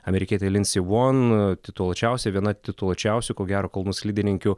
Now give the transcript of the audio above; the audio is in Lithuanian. amerikietė lindsi von tituluočiausia viena tituluočiausių ko gero kalnų slidininkių